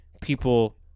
people